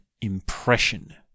impression